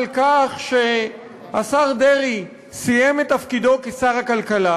על כך שהשר דרעי סיים את תפקידו כשר הכלכלה